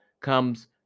comes